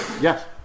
Yes